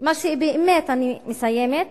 אני מסיימת.